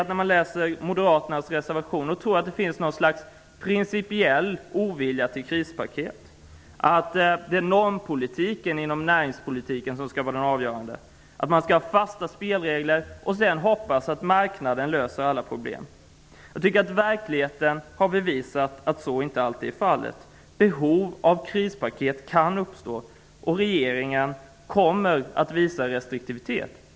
När man läser moderaternas reservation kan man inte undgå att tro att de har något slags principiell ovilja mot krispaket, att det är normpolitiken inom näringspolitiken som skall vara det avgörande, att man skall ha fasta spelregler och sedan hoppas att marknaden löser alla problem. Jag tycker att verkligheten har bevisat att så inte alltid är fallet. Behov av krispaket kan uppstå, och regeringen kommer att visa restriktivitet.